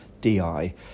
DI